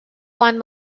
one